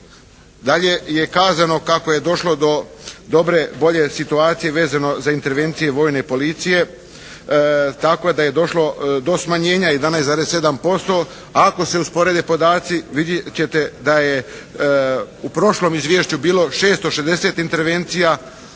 Dalje je kazano kako je došlo do dobre, bolje situacije vezano za intervencije vojne policije, tako da je došlo do smanjenja 11,7%. Ako se usporede podaci vidjet ćete da je u prošlom izvješću bilo 660 intervencija